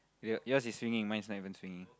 y~ yours is swinging mine is not even swinging